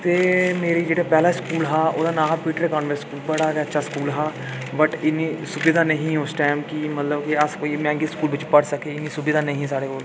ते मेरी पैह्ला स्कूल हा ओह्दा नांऽ हा पीटर कानवैंट स्कूल बड़ा गै अच्छा स्कूल हा बट्ट इन्नी सुबिधा नेईं ही उस टैम कि मतलब अस कोई मैंह्गे स्कूल बिच्च पढ़ी सके सुबिदा नेईं ही साढ़े कोल